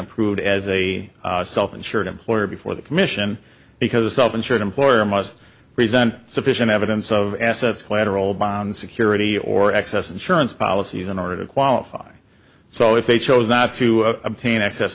approved as a self insured employee before the commission because self insured employer must present sufficient evidence of assets collateral bond security or excess insurance policies in order to qualify so if they chose not to obtain access